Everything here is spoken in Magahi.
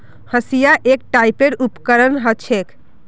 हंसिआ एक टाइपेर उपकरण ह छेक